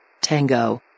tango